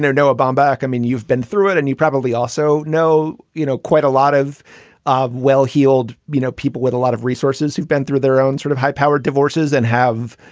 noah baumbach, i mean, you've been through it and you probably also know, you know, quite a lot of of well-healed, you know, people with a lot of resources who've been through their own sort of high-powered divorces and have,